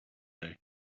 today